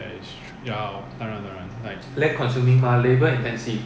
that is true ya 当然当然